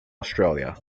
australia